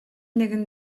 нэгэн